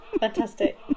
fantastic